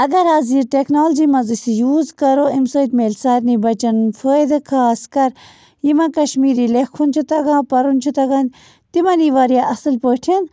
اگر حظ یہِ ٹٮ۪کنالجی مںٛز أسۍ یہِ یوٗز کَرو اَمہِ سۭتۍ میلہِ سارنی بچن فٲیدٕ خاص کَر یِمن کشمیٖری لیکھُن چھُ تَگان پَرُن چھُ تَگان تِمن یی واریاہ اَصٕل پٲٹھۍ